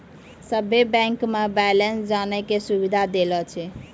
सभे बैंक मे बैलेंस जानै के सुविधा देलो छै